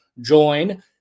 Join